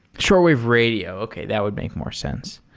shortwave radio. okay. that would make more sense.